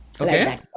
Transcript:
Okay